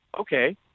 okay